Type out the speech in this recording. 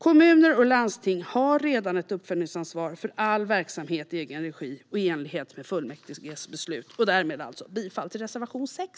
Kommuner och landsting har redan ett uppföljningsansvar för all verksamhet i egen regi, i enlighet med fullmäktiges beslut. Därmed yrkar jag alltså bifall till reservation 6.